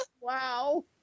Wow